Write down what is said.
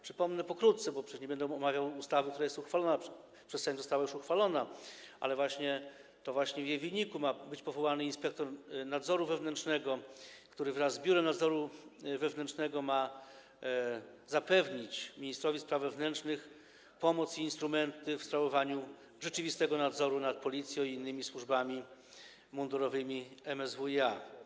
Przypomnę pokrótce, bo przecież nie będę omawiał ustawy, która przez Sejm została już uchwalona, że to właśnie w jej wyniku ma być powołany inspektor nadzoru wewnętrznego, który wraz z Biurem Nadzoru Wewnętrznego ma zapewnić ministrowi spraw wewnętrznych pomoc i instrumenty do sprawowania rzeczywistego nadzoru nad Policją i innymi służbami mundurowymi MSWiA.